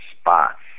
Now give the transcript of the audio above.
spots